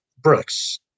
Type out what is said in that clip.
Brooks